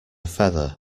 feather